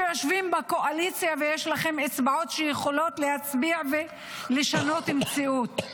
שיושבים בקואליציה ויש לכם אצבעות שיכולות להצביע ולשנות מציאות,